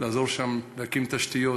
לעזור להקים שם תשתיות.